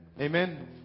Amen